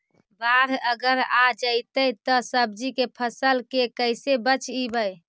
बाढ़ अगर आ जैतै त सब्जी के फ़सल के कैसे बचइबै?